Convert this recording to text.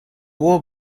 will